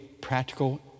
practical